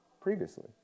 previously